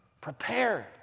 prepared